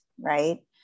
right